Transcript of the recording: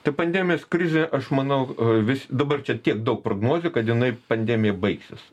tai pandemijos krizė aš manau vis dabar čia tiek daug prognozių kad jinai pandemija baigsis